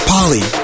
Polly